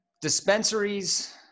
dispensaries